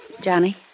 Johnny